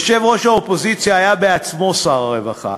יושב-ראש האופוזיציה היה בעצמו שר הרווחה